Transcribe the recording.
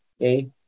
Okay